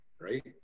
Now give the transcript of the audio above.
right